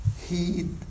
Heed